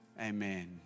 Amen